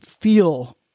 feel